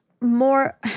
More –